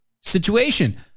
situation